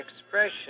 expression